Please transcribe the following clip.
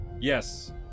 Yes